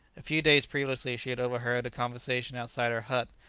a few days previously she had overheard a conversation outside her hut,